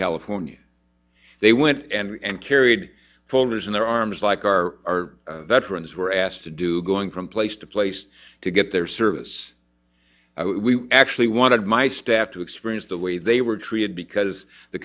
california they went and carried folders in their arms like our veterans were asked to do going from place to place to get their service we actually wanted my staff to experience the way they were treated because the